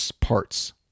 parts